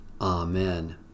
Amen